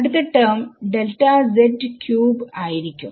അടുത്ത term delta z ക്യൂബ്ആയിരിക്കും